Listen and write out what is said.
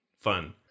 fun